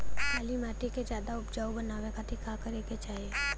काली माटी के ज्यादा उपजाऊ बनावे खातिर का करे के चाही?